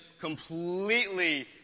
completely